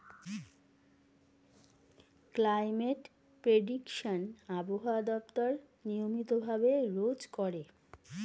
climate prediction আবহাওয়া দপ্তর নিয়মিত ভাবে রোজ করে